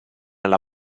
alla